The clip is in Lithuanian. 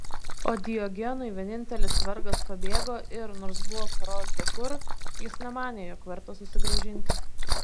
o diogenui vienintelis vergas pabėgo ir nors buvo parodyta kur jis nemanė jog verta susigrąžinti